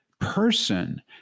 person